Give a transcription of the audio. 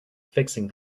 fixing